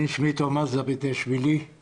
אני